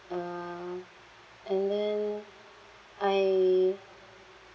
uh and then I